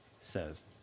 says